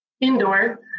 indoor